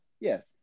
yes